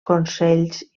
consells